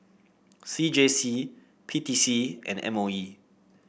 C J C P T C and M O E